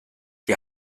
die